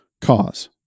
cause